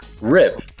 Rip